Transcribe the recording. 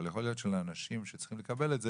יכול להיות שלאנשים שצריכים לקבל את זה,